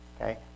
Okay